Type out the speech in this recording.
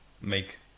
make